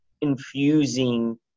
infusing